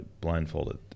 blindfolded